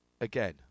again